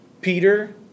Peter